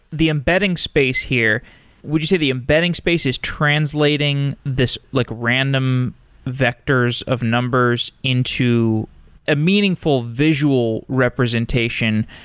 the embedding space here would you say the embedding space is translating this like random vectors of numbers into a meaningful visual representation?